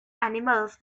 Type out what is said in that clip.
animals